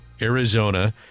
arizona